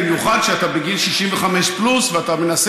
במיוחד כשאתה בגיל 65 פלוס ואתה מנסה